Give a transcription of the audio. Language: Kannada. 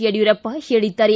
ಯಡಿಯೂರಪ್ಪ ಹೇಳಿದ್ದಾರೆ